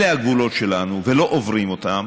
שאלה הגבולות שלנו ולא עוברים אותם